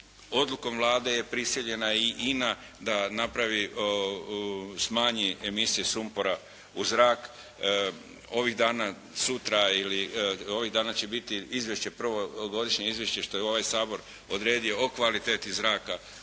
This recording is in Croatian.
Odlukom Vlade je prisiljena i INA da napravi, smanji emisije sumpora u zrak. Ovih dana, sutra ili ovih dana će biti prvo ovogodišnje izvješće što je ovaj Sabor odredio o kvaliteti zraka